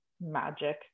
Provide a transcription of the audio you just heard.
magic